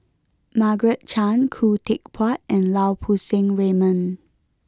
Margaret Chan Khoo Teck Puat and Lau Poo Seng Raymond